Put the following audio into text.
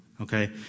Okay